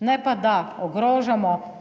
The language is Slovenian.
ne pa da ogrožamo